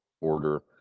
order